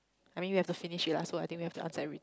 I mean we have to finish it lah so I think we have to answer every